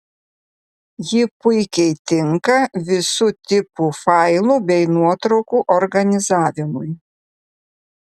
ji puikiai tinka visų tipų failų bei nuotraukų organizavimui